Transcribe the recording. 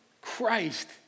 Christ